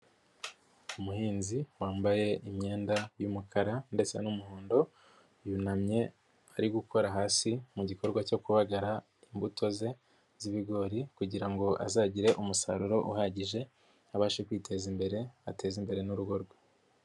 Umuhinzi wambaye imyenda y'umukara ndetse n'umuhondo yunamye ari gukora hasi mu gikorwa cyo gubagara imbuto ze z'ibigori kugira ngo azagire umusaruro uhagije, abashe kwiteza imbere, ateze imbere n'urugo rwe.